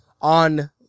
on